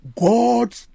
God